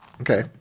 Okay